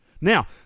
Now